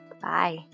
Bye